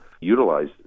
utilize